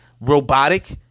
robotic